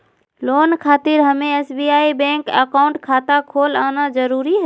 Loan खातिर हमें SBI bank account खाता खोल आना जरूरी है?